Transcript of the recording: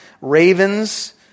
ravens